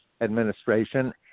administration